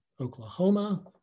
Oklahoma